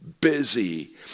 busy